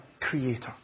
creator